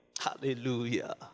Hallelujah